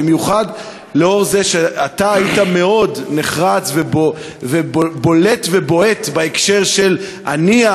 במיוחד לאור זה שאתה היית מאוד נחרץ ובולט ובועט בהקשר של הנייה